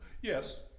Yes